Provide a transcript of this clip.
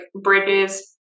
bridges